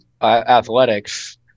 athletics